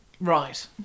Right